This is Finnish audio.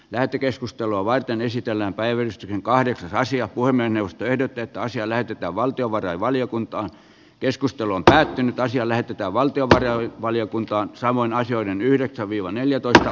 lähetekeskustelua varten esitellään päivysti kahdeksan raisio voimme tehdä jotta asia lähetetään valtiovarainvaliokuntaan keskustelu on päättynyt asialle pitää valtiota ja valiokuntaa samoin asioiden yllättävillä neljätoista